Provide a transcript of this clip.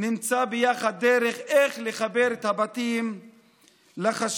נמצא ביחד דרך לחבר את הבתים לחשמל,